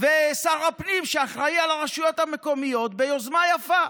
ושר הפנים, שאחראי לרשויות המקומיות, ביוזמה יפה,